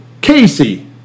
Casey